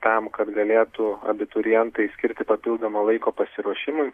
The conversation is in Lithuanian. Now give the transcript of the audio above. tam kad galėtų abiturientai skirti papildomo laiko pasiruošimui